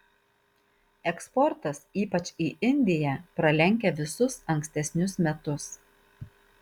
eksportas ypač į indiją pralenkia visus ankstesnius metus